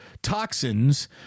Toxins